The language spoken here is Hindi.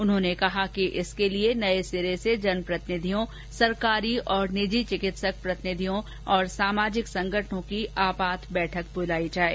उन्होंने कहा कि इसके लिये नये सिरे से जनप्रतिनिधियों सरकारी और निजी चिकित्सक प्रतिनिधियों और सामाजिक संगठनों की आपात बैठक बुलाई जाये